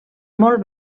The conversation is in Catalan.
molt